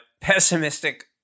pessimistic